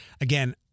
again